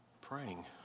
praying